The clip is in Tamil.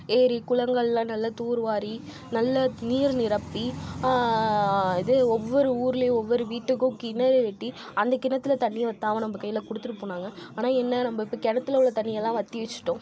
ஏரி குளங்கள்லாம் நல்லா தூர் வாரி நல்ல நீர் நிரப்பி இது ஒவ்வொரு ஊர்லேயும் ஒவ்வொரு வீட்டுக்கும் கிணறு வெட்டி அந்த கிணத்தில் தண்ணீர் வற்றாம நம்ம கையில கொடுத்துட்டு போனாங்க ஆனால் என்ன நம்ம இப்போ கிணத்துல உள்ள தண்ணீர் எல்லாம் வற்றி வைச்சிட்டோம்